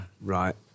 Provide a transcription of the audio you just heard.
Right